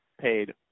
paid